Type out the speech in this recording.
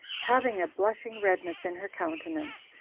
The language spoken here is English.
having a blushing redness in her countenance,